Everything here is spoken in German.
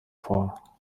vor